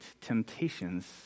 temptations